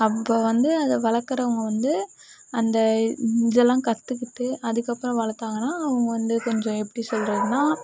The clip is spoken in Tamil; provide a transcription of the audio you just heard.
அப்போ வந்து அதை வளக்கறவங்க வந்து அந்த இதலாம் கற்றுக்கிட்டு அதுக்கப்றம் வளர்த்தாங்கனா அவங்க வந்து கொஞ்சம் எப்படி சொல்கிறதுனா